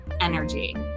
energy